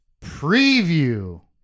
preview